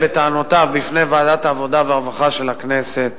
בהתאם לעקרון